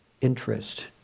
interest